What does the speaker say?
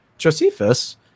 Josephus